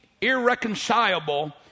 irreconcilable